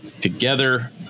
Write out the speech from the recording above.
together